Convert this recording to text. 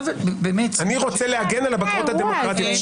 אני רוצה להגן על הבקרות הדמוקרטיות.